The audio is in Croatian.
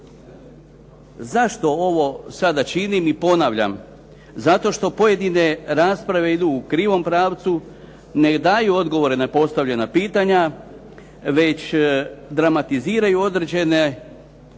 Zašto ovo sada činim i ponavljam? Zato što pojedine rasprave idu u krivom pravcu, ne daju odgovore na postavljena pitanja, već dramatiziraju određena